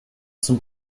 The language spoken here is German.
zum